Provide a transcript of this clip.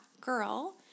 girl